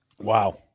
Wow